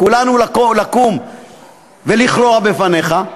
כולנו לקום ולכרוע לפניך,